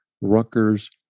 Rutgers